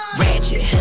ratchet